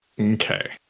Okay